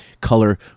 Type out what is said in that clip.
color